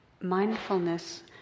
mindfulness